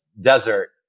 desert